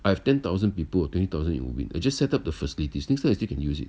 I have ten thousand people or twenty thousandin ubin I just set up the facilities nest time I still can use it